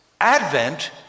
Advent